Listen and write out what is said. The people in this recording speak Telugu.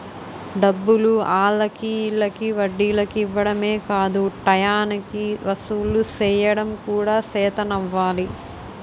డబ్బులు ఆల్లకి ఈల్లకి వడ్డీలకి ఇవ్వడమే కాదు టయానికి వసూలు సెయ్యడం కూడా సేతనవ్వాలి